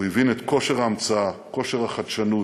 הוא הבין את כושר ההמצאה, כושר החדשנות,